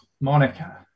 Monica